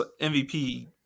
MVP